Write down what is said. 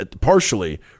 partially